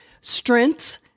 strengths